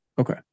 okay